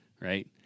Right